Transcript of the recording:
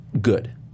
good